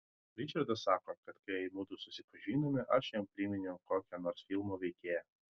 ričardas sako kad kai mudu susipažinome aš jam priminiau kokią nors filmo veikėją